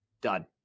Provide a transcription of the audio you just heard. done